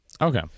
Okay